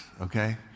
okay